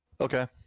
Okay